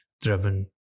driven